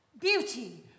beauty